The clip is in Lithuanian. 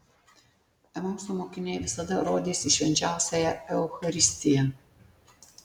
emauso mokiniai visada rodys į švenčiausiąją eucharistiją